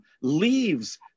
leaves